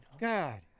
God